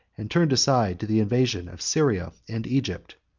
and turned aside to the invasion of syria and egypt.